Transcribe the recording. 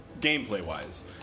Gameplay-wise